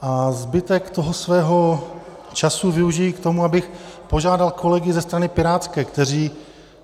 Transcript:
A zbytek toho svého času využiji k tomu, abych požádal kolegy ze strany pirátské, kteří